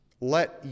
let